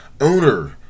owner